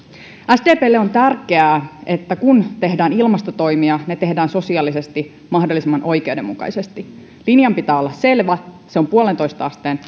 sdplle on tärkeää että kun tehdään ilmastotoimia ne tehdään sosiaalisesti mahdollisimman oikeudenmukaisesti linjan pitää olla selvä se on yhteen pilkku viiteen asteen